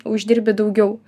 uždirbi daugiau